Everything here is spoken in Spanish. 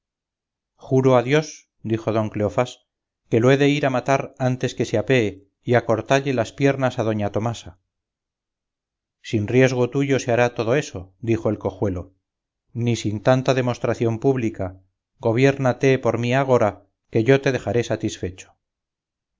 juro a dios dijo don cleofás que lo he de ir a matar antes que se apee y a cortalle las piernas a doña tomasa sin riesgo tuyo se hará todo eso dijo el cojuelo ni sin tanta demostración pública gobiérnate por mí agora que yo te dejaré satisfecho